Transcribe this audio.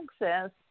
access